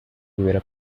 hubiera